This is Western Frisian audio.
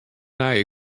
nije